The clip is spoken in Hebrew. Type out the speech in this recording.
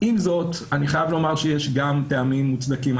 עם זאת, אני חייב לומר שיש גם טעמים מוצדקים.